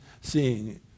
seeing